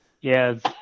yes